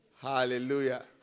Hallelujah